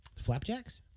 flapjacks